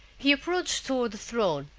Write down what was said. he approached toward the throne,